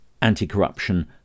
anti-corruption